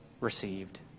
received